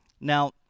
Now